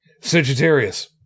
Sagittarius